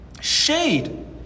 shade